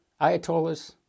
ayatollahs